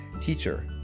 Teacher